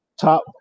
top –